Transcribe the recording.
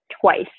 twice